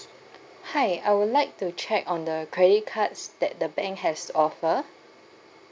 hi I would like to check on the credit cards that the bank has to offer